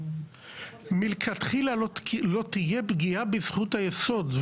מלכתחילה לא תהיה פגיעה בזכות היסוד.